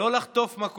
לא משנה מי